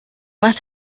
más